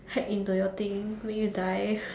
hide into your thing make you die